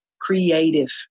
creative